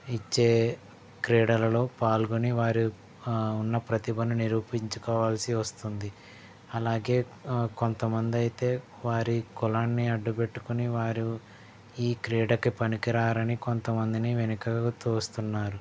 ఇచ్చే క్రీడలలో పాల్గొని వారు ఉన్న ప్రతిభను నిరూపించుకోవాల్సి వస్తుంది అలాగే ఆ కొంతమంది అయితే వారి కులాన్ని అడ్డుపెట్టుకుని వారు ఈ క్రీడకి పనికిరావని కొంతమందిని వెనకకు తోస్తున్నారు